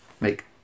make